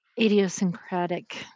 idiosyncratic